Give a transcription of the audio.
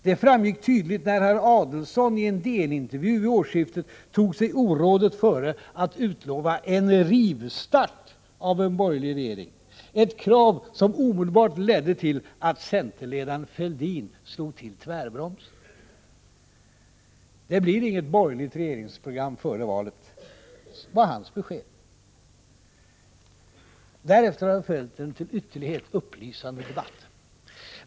Det framgick tydligt när herr Adelsohn i en DN-intervju vid årsskiftet tog sig orådet före att utlova en ”rivstart” av en borgerlig regering — ett krav som omedelbart ledde till att centerledaren Fälldin slog till tvärbromsen. Det blir inget borgerligt regeringsprogram före valet, löd hans besked. Därefter har följt en till ytterlighet upplysande debatt.